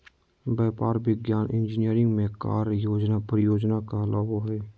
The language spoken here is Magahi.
व्यापार, विज्ञान, इंजीनियरिंग में कार्य योजना परियोजना कहलाबो हइ